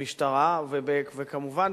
המשטרה וכמובן,